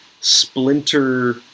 splinter